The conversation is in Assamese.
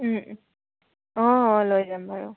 অঁ অঁ লৈ যাম বাৰু